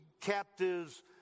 captives